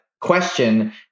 question